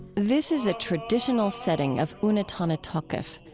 this is a traditional setting of unetane ah tokef,